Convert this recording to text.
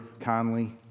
Conley